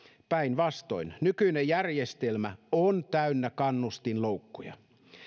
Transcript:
päinvastoin nykyinen järjestelmä on täynnä kannustinloukkuja